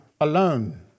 alone